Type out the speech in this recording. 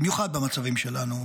במיוחד במצבים שלנו,